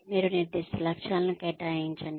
మీరు నిర్దిష్ట లక్ష్యాలను కేటాయించండి